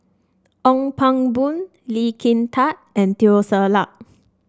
Ong Pang Boon Lee Kin Tat and Teo Ser Luck